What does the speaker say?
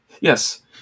yes